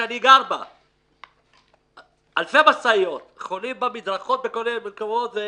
שבה אני גר: אלפי משאיות חונות במדרכות ובכל מיני מקומות.